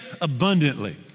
abundantly